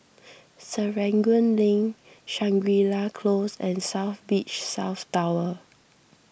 Serangoon Link Shangri La Close and South Beach South Tower